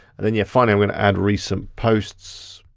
and then yeah finally, i'm gonna add recent posts.